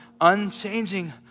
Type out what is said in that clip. unchanging